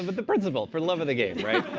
but the principle for love of the game, right?